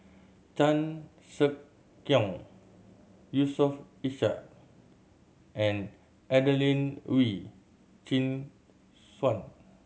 Chan Sek Keong Yusof Ishak and Adelene Wee Chin Suan